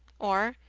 or,